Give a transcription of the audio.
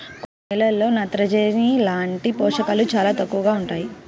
కొన్ని నేలల్లో నత్రజని లాంటి పోషకాలు చాలా తక్కువగా ఉంటాయి